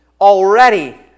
already